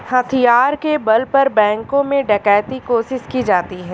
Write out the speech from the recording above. हथियार के बल पर बैंकों में डकैती कोशिश की जाती है